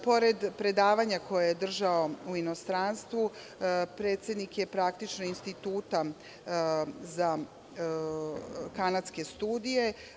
Pored predavanja koja je držao u inostranstvu, predsednik je praktično Instituta za kanadske studije.